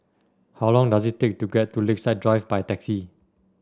how long does it take to get to Lakeside Drive by taxi